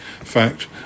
fact